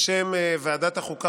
בשם ועדת החוקה,